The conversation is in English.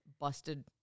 busted